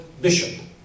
bishop